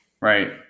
Right